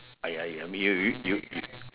!aiya! !aiya! me you you